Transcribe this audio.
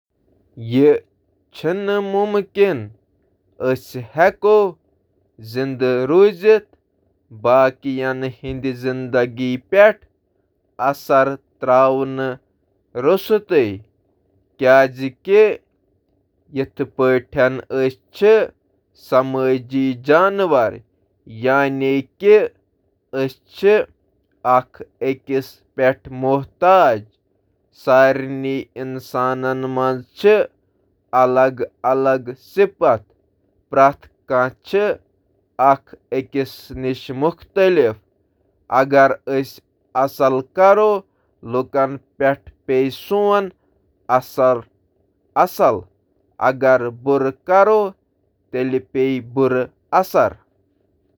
نہ، باقین کُنہٕ طریقہٕ متٲثر کرنہٕ بغٲر زندگی گزارٕنۍ چھنہٕ پٔزۍ پٲٹھۍ ممکن، تِکیازِ کِریانہ ہیٚنۍ یا کار چلاوٕنۍ ہِش ساروٕے کھۄتہٕ آسان حرکتہٕ تہِ ہیٚکن تُہنٛدِس أنٛدۍ پٔکۍ لوٗکن تہٕ ماحولس پیٚٹھ اثر ترٲوِتھ۔ بنیادی طورس پیٹھ، صرف معاشرس منٛز موجودٕ ذریعہٕ، توہہٕ کرٕ لامحالہ دیمن سۭتۍ کُنہٕ حدس تام تعامل تہٕ اثر انداز گژھن۔